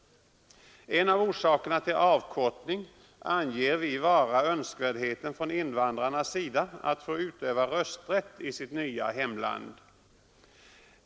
Ett av skälen till en avkortning anger vi vara önskemålet från invandrarnas sida att få utöva rösträtt i sitt nya hemland.